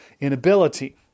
inability